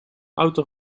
auto